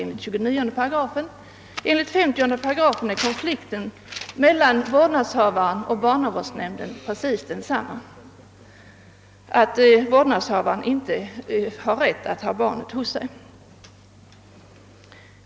Enligt 50 § är konflikt mellan vårdnadshavaren och barnavårdsnämnden precis detsamma; det gäller att vårdnadshavaren inte har rätt att ha barnet hos sig.